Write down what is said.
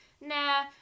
nah